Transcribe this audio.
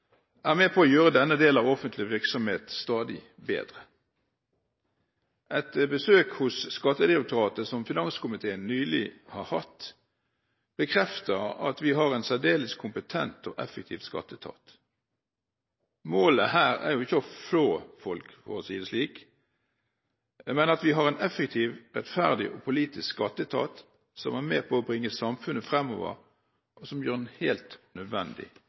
er med på å gjøre denne delen av offentlig virksomhet stadig bedre. Et besøk som finanskomiteen nylig var på hos Skattedirektoratet, bekreftet at vi har en særdeles kompetent og effektiv skatteetat. Målet er ikke å flå folk, for å si det slik. Jeg mener at vi har en effektiv, rettferdig og pålitelig skatteetat som er med på å bringe samfunnet fremover, og som gjør en helt nødvendig